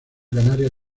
canaria